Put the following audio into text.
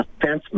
defenseman